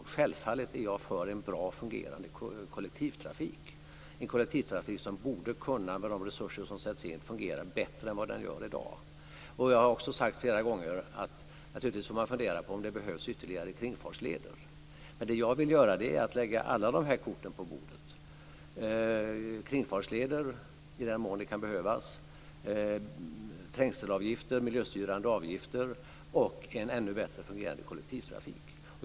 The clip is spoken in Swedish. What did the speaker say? Jag är självfallet för en bra fungerande kollektivtrafik. Med de resurser som sätts in borde kollektivtrafiken kunna fungera bättre än vad den gör i dag. Jag har också sagt flera gånger att man får fundera på om det behövs ytterligare kringfartsleder. Men det jag vill göra är att lägga alla dessa kort på bordet, dvs. kringfartsleder i den mån det kan behövas, trängselavgifter, miljöstyrande avgifter och en ännu bättre kollektivtrafik.